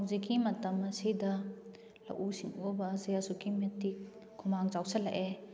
ꯍꯧꯖꯤꯛꯀꯤ ꯃꯇꯝ ꯑꯁꯤꯗ ꯂꯧꯎ ꯁꯤꯡꯎꯕ ꯑꯁꯦ ꯑꯁꯨꯛꯀꯤ ꯃꯇꯤꯛ ꯈꯨꯃꯥꯡ ꯆꯥꯎꯁꯜꯂꯛꯑꯦ